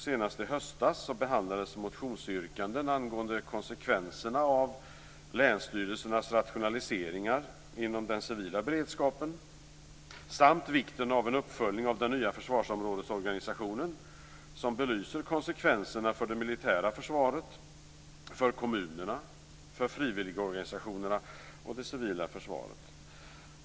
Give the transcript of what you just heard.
Senast i höstas behandlades motionsyrkanden angående konsekvenserna av länsstyrelsernas rationaliseringar inom den civila beredskapen samt vikten av en uppföljning av den nya försvarsområdesorganisationen som belyser konsekvenserna för det militära försvaret, för kommunerna, för frivilligorganisationerna och för det civila försvaret.